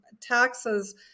taxes